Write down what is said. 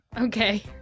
Okay